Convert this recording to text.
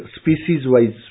species-wise